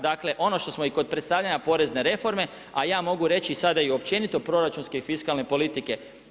Dakle ono što smo i kod predstavljanja porezne reforme, a ja mogu reći sada i općenito proračunske i fiskalne politike.